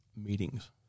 meetings